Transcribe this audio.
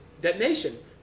detonation